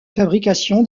fabrication